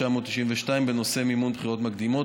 התשנ"ב 1992, בנושא מימון בחירות מקדימות.